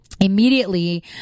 immediately